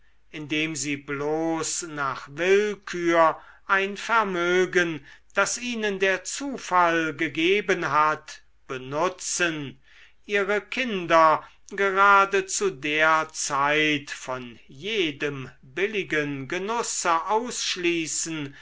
indem sie bloß nach willkür ein vermögen das ihnen der zufall gegeben hat benutzen ihre kinder gerade zu der zeit von jedem billigen genusse ausschließen